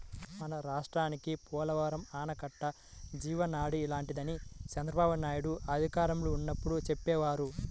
మన రాష్ట్రానికి పోలవరం ఆనకట్ట జీవనాడి లాంటిదని చంద్రబాబునాయుడు అధికారంలో ఉన్నప్పుడు చెప్పేవారు